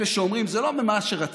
אלה שאומרים: זה לא מה שרציתי,